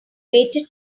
waited